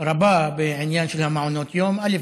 רבה בעניין של מעונות היום, א.